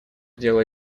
дело